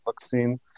vaccine